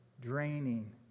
draining